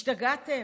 השתגעתם?